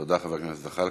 תודה, חבר הכנסת זחאלקה.